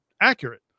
accurate